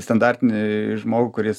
standartinį žmogų kuris